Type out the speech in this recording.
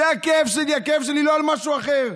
זה הכאב שלי, הכאב שלי לא על משהו אחר.